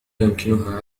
يمكنها